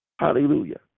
Hallelujah